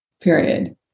period